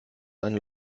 einen